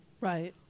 Right